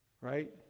Right